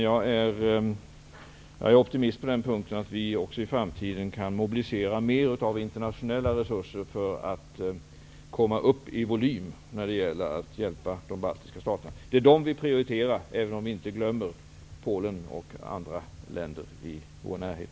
Jag är optimist när det gäller att för framtiden kunna mobilisera mer av internationella resurser för att komma upp i volym när det gäller att hjälpa de baltiska staterna. Vi prioriterar dem, även om vi inte glömmer Polen och övriga länder i vår närhet.